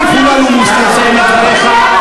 נא לסיים את דבריך.